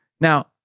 Now